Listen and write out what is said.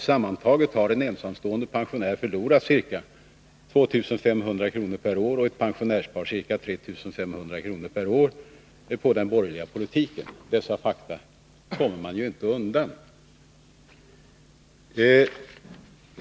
Sammantaget har en ensamstående pensionär förlorat ca 2 500 kr. per år och ett pensionärspar ca 3 500 kr. per år på den borgerliga politiken. Dessa fakta kommer man inte undan.